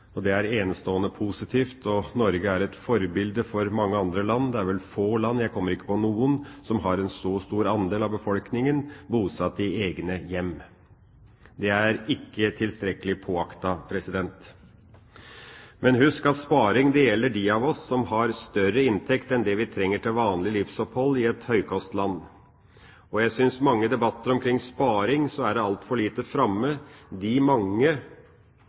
Norge sparer privatpersoner enestående verdier gjennom bolig. Det er enestående positivt, og Norge er et forbilde for mange andre land. Det er vel få land – jeg kommer ikke på noen – som har en så stor andel av befolkningen bosatt i egne hjem. Det er ikke tilstrekkelig påaktet. Men husk: Sparing gjelder de av oss som har større inntekt enn det vi trenger til vanlig livsopphold i et høykostland. I mange debatter om sparing synes jeg de mange som sorterer regningene ved forfall, er altfor lite framme.